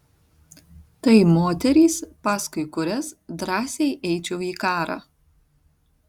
tai moterys paskui kurias drąsiai eičiau į karą